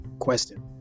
question